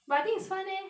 but I think it's fun leh